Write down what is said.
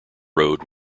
rode